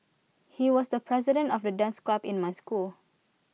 he was the president of the dance club in my school